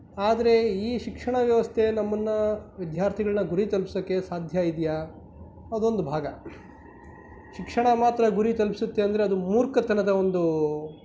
ಆದರೆ ಈ ಶಿಕ್ಷಣ ವ್ಯವಸ್ಥೆ ನಮ್ಮನ್ನು ವಿದ್ಯಾರ್ಥಿಗಳನ್ನು ಗುರಿ ತಲ್ಪಿಸೋಕೆ ಸಾಧ್ಯ ಇದ್ದೀಯಾ ಅದೊಂದು ಭಾಗ ಶಿಕ್ಷಣ ಮಾತ್ರ ಗುರಿ ತಲುಪ್ಸುತ್ತೆ ಅಂದರೆ ಅದು ಮೂರ್ಖತನದ ಒಂದು